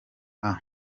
amb